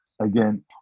again